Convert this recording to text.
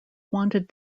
wanted